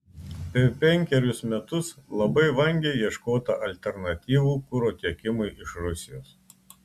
per penkerius metus labai vangiai ieškota alternatyvų kuro tiekimui iš rusijos